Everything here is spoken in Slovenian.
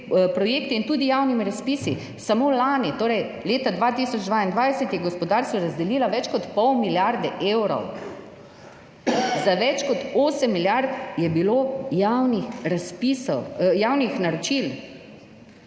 in tudi javnimi razpisi. Samo lani, torej leta 2022, je gospodarstvu razdelila več kot pol milijarde evrov. Za več kot osem milijard je bilo javnih naročil.